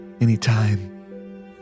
Anytime